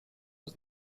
was